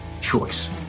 choice